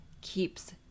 keeps